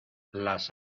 las